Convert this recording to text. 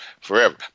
forever